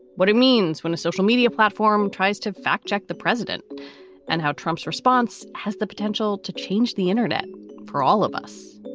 what it means when a social media platform tries to fact check the president and how trump's response has the potential to change the internet for all of us.